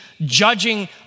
judging